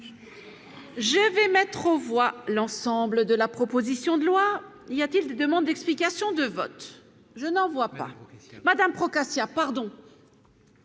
Je vais mettre aux voix l'ensemble de la proposition de loi y y a-t-il des demandes d'explications de vote, je n'en vois pas Madame Procaccia pardon.